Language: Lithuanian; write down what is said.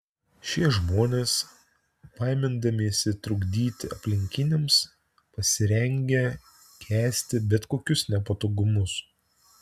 šie žmonės baimindamiesi trukdyti aplinkiniams pasirengę kęsti bet kokius nepatogumus